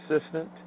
assistant